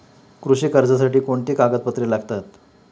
कृषी कर्जासाठी कोणती कागदपत्रे लागतात?